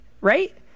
right